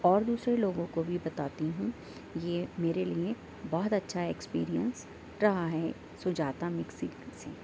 اور دوسرے لوگوں کو بھی بتاتی ہوں یہ میرے لئے بہت اچھا ایکسپیرئنس رہا ہے سُجاتا مکسی سے